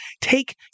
take